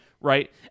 right